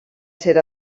ser